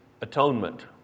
atonement